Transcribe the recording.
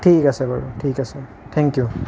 ঠিক আছে বাৰু ঠিক আছে থেংক ইউ